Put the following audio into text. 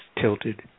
tilted